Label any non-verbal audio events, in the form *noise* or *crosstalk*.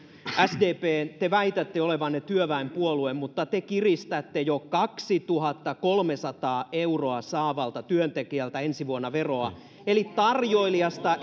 sdp te väitätte olevanne työväenpuolue mutta te kiristätte jo kaksituhattakolmesataa euroa saavalta työntekijältä ensi vuonna veroa eli tarjoilijasta *unintelligible*